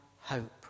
hope